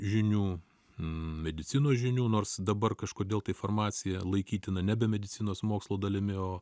žinių medicinos žinių nors dabar kažkodėl tai farmacija laikytina nebe medicinos mokslo dalimi o